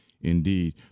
indeed